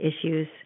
issues